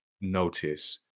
notice